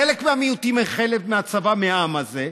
חלק מהמיעוטים הם חלק מהצבא, מהעם הזה,